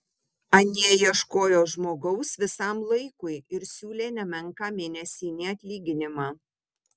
anie ieškojo žmogaus visam laikui ir siūlė nemenką mėnesinį atlyginimą